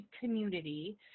Community